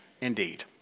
indeed